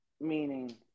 meaning